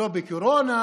לא בקורונה,